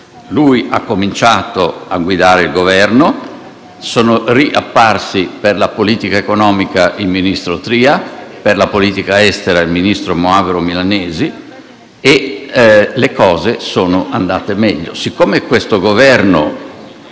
lui ha cominciato a guidare il Governo, sono riapparsi per la politica economica il ministro Tria e per la politica estera il ministro Moavero Milanesi e le cose sono andate meglio.